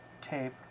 tape